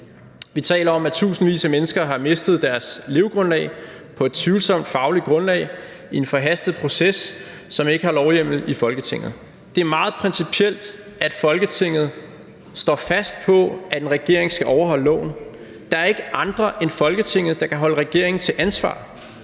Vi taler om, at tusindvis af mennesker har mistet deres levegrundlag på et tvivlsomt fagligt grundlag i en forhastet proces, som ikke har lovhjemmel i Folketinget. Det er meget principielt, at Folketinget står fast på, at en regering skal overholde loven. Der er ikke andre end Folketinget, der kan holde regeringen til ansvar,